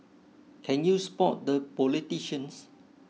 can you spot the politicians